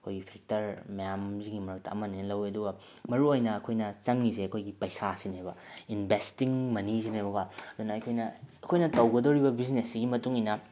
ꯑꯩꯈꯣꯏꯒꯤ ꯐꯦꯛꯇꯔ ꯃꯌꯥꯝꯁꯤꯒꯤ ꯃꯔꯛꯇ ꯑꯃꯅꯦꯅ ꯂꯧꯏ ꯑꯗꯨꯒ ꯃꯔꯨꯑꯣꯏꯅ ꯑꯩꯈꯣꯏꯅ ꯆꯪꯏꯁꯦ ꯑꯩꯈꯣꯏꯒꯤ ꯄꯩꯁꯥꯁꯤꯅꯦꯕ ꯏꯟꯕꯦꯁꯇꯤꯡ ꯃꯅꯤꯁꯤꯅꯦꯕ ꯀꯣ ꯑꯗꯨꯅ ꯑꯩꯈꯣꯏꯅ ꯑꯩꯈꯣꯏꯅ ꯇꯧꯒꯗꯧꯔꯤꯕ ꯕꯤꯖꯤꯅꯦꯁꯁꯤꯒꯤ ꯃꯇꯨꯡ ꯏꯟꯅ